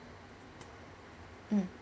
mm